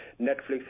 Netflix